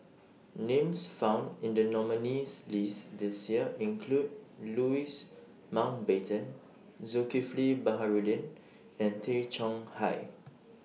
Names found in The nominees' list This Year include Louis Mountbatten Zulkifli Baharudin and Tay Chong Hai